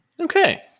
Okay